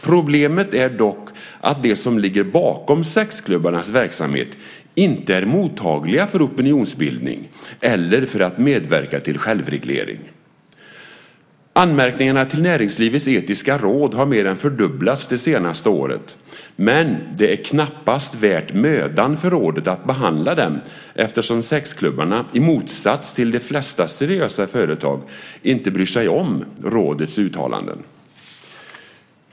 Problemet är dock att de som ligger bakom sexklubbarnas verksamhet inte är mottagliga för opinionsbildning eller för att medverka till självreglering. Anmärkningarna till näringslivets etiska råd har mer än fördubblats det senaste året. Men det är knappast värt mödan för rådet att behandla dem eftersom sexklubbarna, i motsats till de flesta seriösa företag, inte bryr sig om rådets uttalanden.